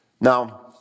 Now